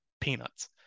peanuts